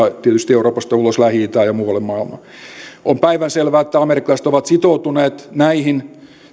tietysti euroopasta ulos lähi itään ja muualle maailmaan on päivänselvää että amerikkalaiset ovat sitoutuneet näihin